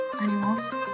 animals